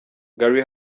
gary